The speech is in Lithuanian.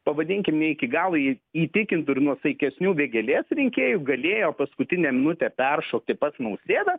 pavadinkim ne iki galo jį įtikintų ir nuosaikesnių vėgėlės rinkėjų galėjo paskutinę minutę peršokti pats nausėda